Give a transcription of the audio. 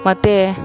ಮತ್ತು